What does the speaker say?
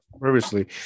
previously